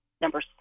number